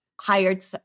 hired